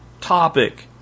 topic